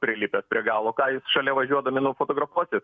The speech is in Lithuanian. prilipęs prie galo ką jūs šalia važiuodami nufotografuosit